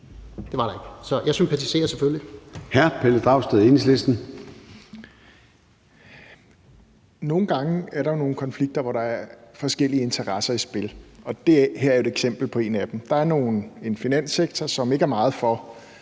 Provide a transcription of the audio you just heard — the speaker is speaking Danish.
Pelle Dragsted, Enhedslisten. Kl. 17:05 Pelle Dragsted (EL): Nogle gange er der jo nogle konflikter, hvor der er forskellige interesser i spil, og det her er jo et eksempel på en af dem. Der er en finanssektor, som ikke er meget for